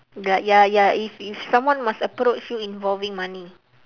the ya ya if if someone must approach you involving money